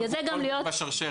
התיקון